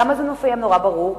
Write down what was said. למה זה מופיע נורא ברור?